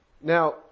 Now